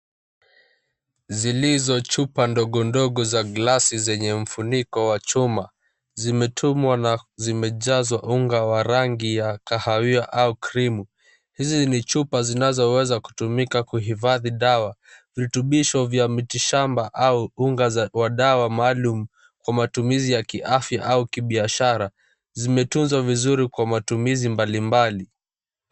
Zilizo chupa ndogondogo za glasi zenye mfuniko wa chuma. Zimetumwa na zimejazwa unga wa rangi ya kahawia au krimu. Hizi ni chupa zinazotumika kuhifadhi dawa, virutubisho vya mitishamba au unga za wa dawa maalum kwa matumizi ya kiafya au kibiashara. Zimetunzwa vizuri kwa matumizi mbalimbali.